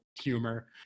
humor